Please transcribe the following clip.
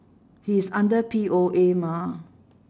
he is under P_O_A mah